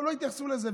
לא התייחסו לזה.